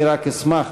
אני רק אשמח.